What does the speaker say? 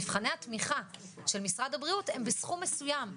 מבחני התמיכה של משרד הבריאות הם בסכום מסוים.